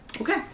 Okay